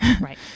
Right